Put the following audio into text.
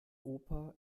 opa